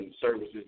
services